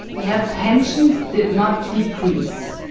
yeah pensions did not decrease.